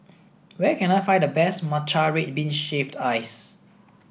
where can I find the best matcha red bean shaved ice